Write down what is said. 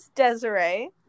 Desiree